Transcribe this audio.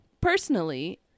personally